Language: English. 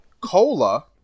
cola